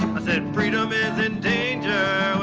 i said freedom is in danger,